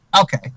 Okay